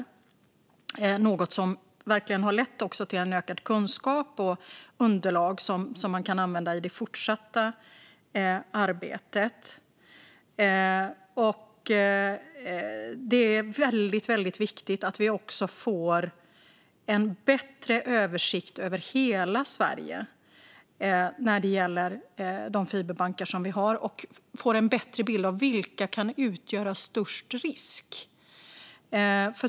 Detta är något som verkligen har lett till ökad kunskap och underlag som kan användas i det fortsatta arbetet. Det är viktigt att vi får en bättre översikt över hela Sverige när det gäller de fiberbankar vi har och att vi får en bättre bild av vilka som kan utgöra störst risk.